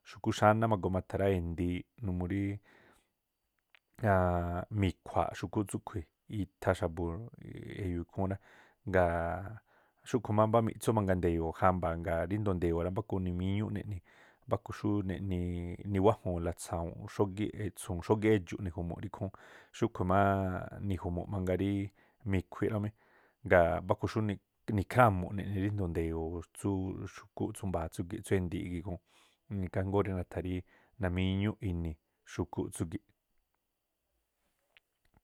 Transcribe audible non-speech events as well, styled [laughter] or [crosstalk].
Xu̱kúꞌ xáná ma̱tha̱ rá, e̱ndi̱iꞌ numuu rí [hesitation] mi̱khua̱a̱ꞌ xu̱kúꞌ tsúꞌkhui̱ itha xa̱bu̱ e̱yo̱o̱ ikhúún rá, ga̱a̱ xúꞌkhu̱ má mbá miꞌtsú mangaa ndeyo̱o̱ jambaa̱, gaa̱ ríndo̱o nde̱yo̱o̱ rá mbáku nimíñúꞌ neꞌnii̱, mbáku xú niwáju̱nla tsa̱wu̱nꞌ xógíꞌ e̱tsu̱u̱n xógíꞌ edxu̱ꞌ niju̱mu̱ꞌ rí ikhúún, xú́ꞌkhui̱ ma̱a̱ꞌ niju̱mu̱ mangaa ríí mi̱khui̱ rá mí, ngaa̱ mbáku xú nikhrámu̱ꞌ ne̱nii̱ ríndo̱o nde̱yo̱o̱ tsúú xu̱kúꞌ tsú mbaa̱ tsúgi̱ꞌ tsú e̱ndi̱iꞌ. Ikhaa jngóó na̱tha̱ rí namíñúꞌ ini̱ xu̱kúꞌ tsúgi̱ꞌ.